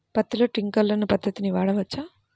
పత్తిలో ట్వింక్లర్ పద్ధతి వాడవచ్చా?